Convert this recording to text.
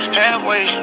halfway